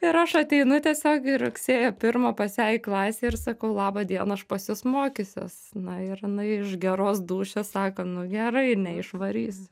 ir aš ateinu tiesiog į rugsėjo pirmą pas ją į klasę ir sakau laba diena aš pas jus mokysiuos na ir jinai iš geros dūšios sako nu gerai neišvarys